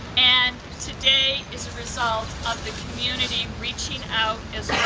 and today is a result of the community reaching out, as